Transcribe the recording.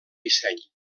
disseny